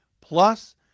Plus